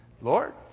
Lord